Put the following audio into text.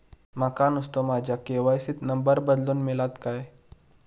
माका नुस्तो माझ्या के.वाय.सी त नंबर बदलून मिलात काय?